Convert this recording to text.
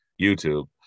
YouTube